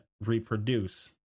reproduce